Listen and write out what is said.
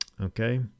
okay